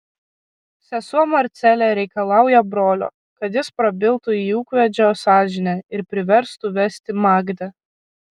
sesuo marcelė reikalauja brolio kad jis prabiltų į ūkvedžio sąžinę ir priverstų vesti magdę